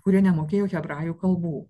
kurie nemokėjo hebrajų kalbų